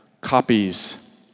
copies